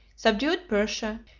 subdued persia,